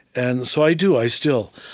and so i do, i still,